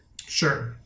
Sure